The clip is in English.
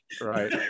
right